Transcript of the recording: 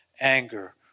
Anger